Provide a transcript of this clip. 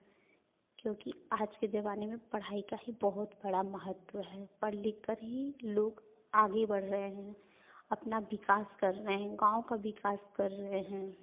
क्योंकि आज के ज़माने में पढ़ाई का ही बहुत बड़ा महत्व है पढ़ लिख कर ही लोग आगे बढ़ रहे हैं अपना विकास कर रहे हैं गाँव का विकास कर रहे हैं